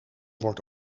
wordt